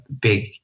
big